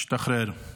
השתחרר.